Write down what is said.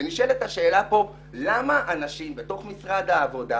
נשאלת השאלה למה אנשים בתוך משרד העבודה